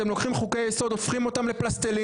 אתם לוקחים חוקי יסוד והופכים אותם לפלסטלינה.